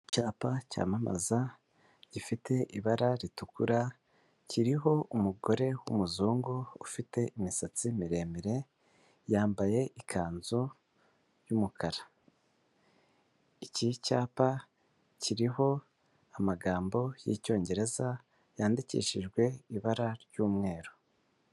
icyapa cyamamaza, gifite ibara ritukura, kiriho umugore w'umuzungu ufite imisatsi miremire, yambaye ikanzu, y'umukara. Iki cyapa kiriho, amagambo y'icyongereza yandikishijwe ibara ry'umweru.